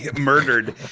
murdered